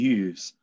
use